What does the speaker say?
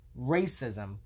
racism